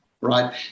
right